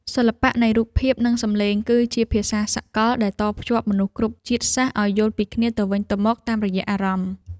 សិល្បៈនៃរូបភាពនិងសំឡេងគឺជាភាសាសកលដែលតភ្ជាប់មនុស្សគ្រប់ជាតិសាសន៍ឱ្យយល់ពីគ្នាទៅវិញទៅមកតាមរយៈអារម្មណ៍។